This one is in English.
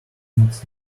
needs